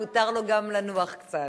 מותר לו גם לנוח קצת.